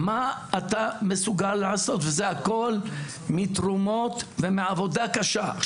מה אתה מסוגל לעשות וזה הכול מתרומות ועבודה קשה.